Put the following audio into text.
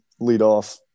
leadoff